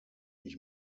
ich